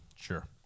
Sure